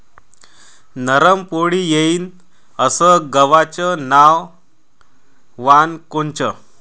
नरम पोळी येईन अस गवाचं वान कोनचं?